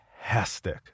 fantastic